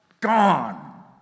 gone